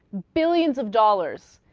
billions of dollars